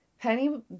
Penny